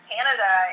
Canada